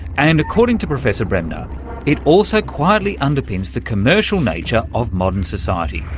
and according to professor bremner it also quietly underpins the commercial nature of modern society,